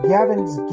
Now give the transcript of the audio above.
Gavin's